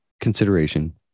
consideration